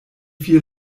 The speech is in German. viel